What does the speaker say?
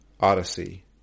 Odyssey